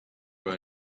were